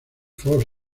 fort